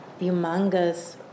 humongous